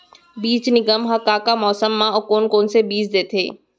बीज निगम का का मौसम मा, कौन कौन से बीज देथे?